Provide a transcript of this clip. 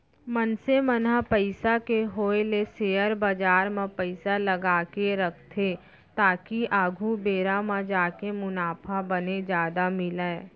मनसे मन ह पइसा के होय ले सेयर बजार म पइसा लगाके रखथे ताकि आघु बेरा म जाके मुनाफा बने जादा मिलय